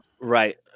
Right